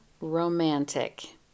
romantic